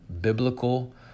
biblical